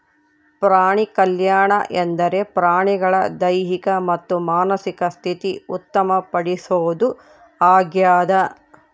ಪ್ರಾಣಿಕಲ್ಯಾಣ ಎಂದರೆ ಪ್ರಾಣಿಗಳ ದೈಹಿಕ ಮತ್ತು ಮಾನಸಿಕ ಸ್ಥಿತಿ ಉತ್ತಮ ಪಡಿಸೋದು ಆಗ್ಯದ